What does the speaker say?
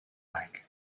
like